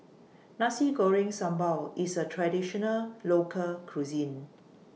Nasi Goreng Sambal IS A Traditional Local Cuisine